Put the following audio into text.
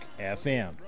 FM